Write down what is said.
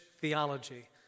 theology